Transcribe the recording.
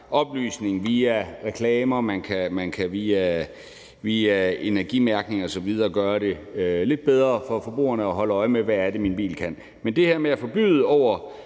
oplysning via reklamer og det, at man via energimærkning osv. kan gøre det lidt nemmere for forbrugerne at holde øje med, hvad ens bil kan. Men det her med at forbyde det